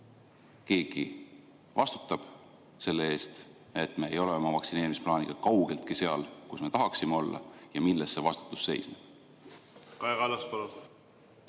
keegi vastutab selle eest, et me ei ole oma vaktsineerimisplaaniga kaugeltki seal, kus me tahaksime olla? Ja milles see vastutus seisneb? Kaja Kallas, palun!